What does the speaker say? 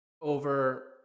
over